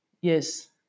Yes